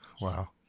Wow